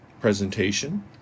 presentation